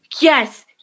Yes